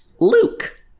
Luke